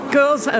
girls